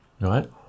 right